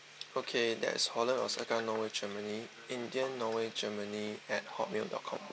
okay that is holland osaka norway germany india norway germany at Hotmail dot com